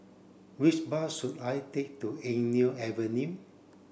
which bus should I take to Eng Neo Avenue